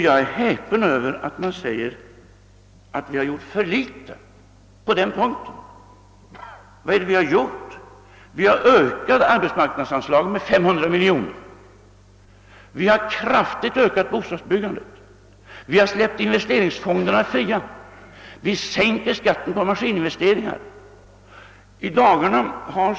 Jag är häpen över att man säger att vi har gjort för litet i det fallet, ty vad har vi gjort? Vi har ökat arbetsmarknadsanslagen med 5300 miljoner kronor, vi har ökat bostadsbyggandet kraftigt och vi har släppt investeringsfonderna fria. Nu sänker vi också skatten på maskininvesteringar.